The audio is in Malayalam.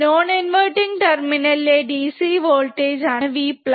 നോൺ ഇൻവെർട്ടിങ് ടെർമിനൽ ലെ DC വോൾടേജ് ആണ് V